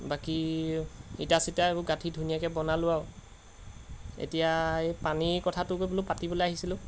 বাকী ইটা চিটা এইবোৰ গাঁঠি ধুনীয়াকৈ বনালোঁ আৰু এতিয়া এই পানীৰ কথাটোকে বোলো পাতিবলৈ আহিছিলোঁ